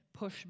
pushback